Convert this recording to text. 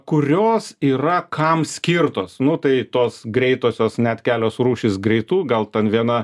kurios yra kam skirtos nu tai tos greitosios net kelios rūšys greitų gal ten viena